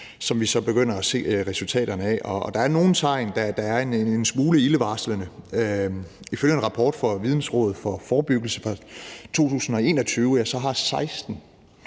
som vi begynder at se resultaterne af. Der er nogle tegn, der er en smule ildevarslende. Ifølge en rapport fra Vidensråd for Forebyggelse fra 2021 har 16